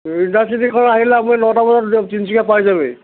ইণ্টাৰচিটিখনত আহিলে আপুনি নটা বজাত তিনিচুকীয়া পাই যাবহি